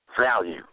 value